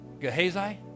Gehazi